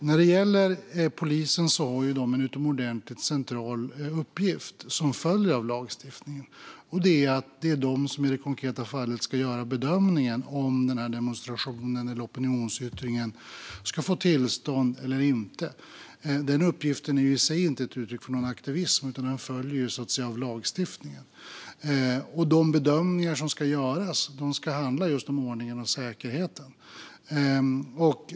När det gäller polisen har de en utomordentligt central uppgift som följer av lagstiftningen. Det är de som i det konkreta fallet ska göra bedömningen om den här demonstrationen eller opinionsyttringen ska få tillstånd eller inte. Den uppgiften är i sig inte uttryck för någon aktivism, utan den följer av lagstiftningen. De bedömningar som ska göras ska handla just om ordningen och säkerheten.